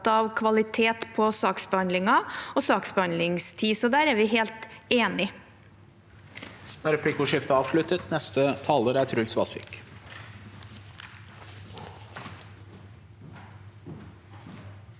av kvalitet på saksbehandlingen og saksbehandlingstid, så der er vi helt enige.